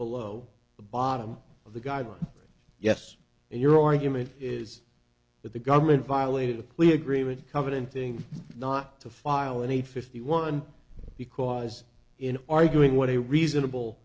below the bottom of the guidelines yes and your argument is that the government violated the plea agreement covenanting not to file any fifty one because in arguing what a reasonable